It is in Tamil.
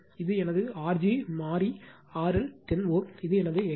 இது எனது R g மாறி RL 10 Ω இது எனது X g 5 Ω